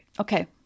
Okay